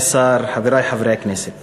חברי חברי הכנסת